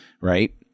Right